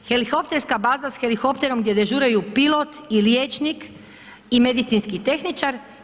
Helikopterska baza s helikopterom gdje dežuraju pilot i liječnik i medicinski tehničar.